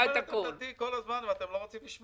אני אומר את עמדתי כל הזמן, אתם לא רוצים לשמוע.